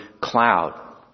cloud